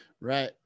Right